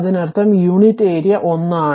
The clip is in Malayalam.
അതിനർത്ഥം യൂണിറ്റ് ഏരിയ 1 എന്നാണ്